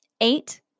eight